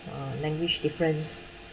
uh language difference